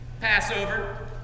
Passover